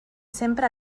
sempre